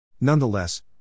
Nonetheless